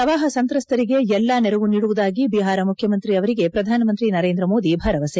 ಪ್ರವಾಹ ಸಂತ್ರಸ್ತರಿಗೆ ಎಲ್ಲಾ ನೆರವು ನೀಡುವುದಾಗಿ ಬಿಹಾರ ಮುಖ್ಯಮಂತ್ರಿ ಅವರಿಗೆ ಪ್ರಧಾನಮಂತ್ರಿ ನರೇಂದ್ರ ಮೋದಿ ಭರವಸೆ